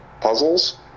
puzzles